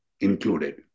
included